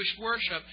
worship